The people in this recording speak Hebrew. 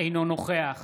אינו נוכח